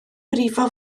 brifo